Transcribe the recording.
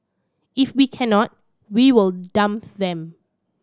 if we cannot we will dump them